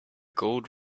gold